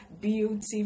beauty